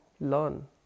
learn